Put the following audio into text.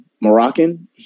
Moroccan